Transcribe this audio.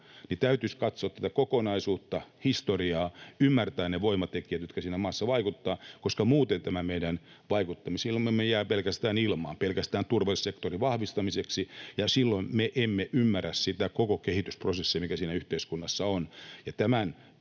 niin täytyisi katsoa tätä kokonaisuutta, historiaa, ymmärtää ne voimatekijät, jotka siinä maassa vaikuttavat, koska muuten tämä meidän vaikuttamisemme jää pelkästään ilmaan, pelkästään turvallisuussektorin vahvistamiseksi, ja silloin me emme ymmärrä sitä koko kehitysprosessia, mikä siinä yhteiskunnassa on.